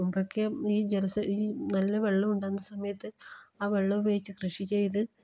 മുമ്പൊക്കെ ഈ ജലസേചന ഈ നല്ല വെള്ളമുണ്ടാകുന്ന സമയത്ത് ആ വെള്ളമുപയോഗിച്ച് കൃഷി ചെയ്ത്